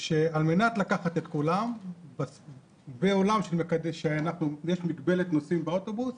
שעל מנת לקחת את כולם בעולם שיש מגבלת נוסעים באוטובוס,